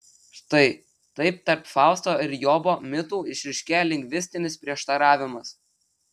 štai taip tarp fausto ir jobo mitų išryškėja lingvistinis prieštaravimas